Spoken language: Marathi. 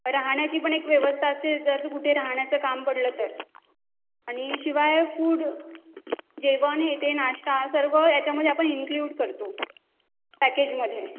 राहण्याची पण एक व्यवस्था असते जर कुठे राहण्याचं काम पडलं तर आणि शिवाय फूड जेवण हे ते नाश्ता सर्व याच्यामध्ये आपण इन्क्लुड करतो पॅकेजमध्ये